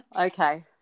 Okay